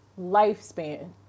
lifespan